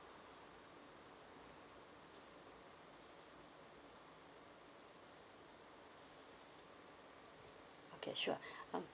okay sure um